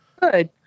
good